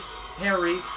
Harry